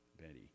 Betty